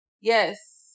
yes